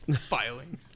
filing